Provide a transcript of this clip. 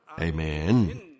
Amen